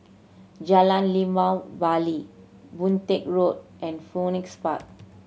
Jalan Limau Bali Boon Teck Road and Phoenix Park